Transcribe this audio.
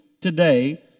today